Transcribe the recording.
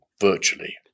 virtually